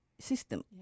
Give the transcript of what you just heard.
system